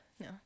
No